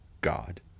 God